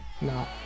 No